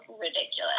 ridiculous